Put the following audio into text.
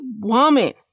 woman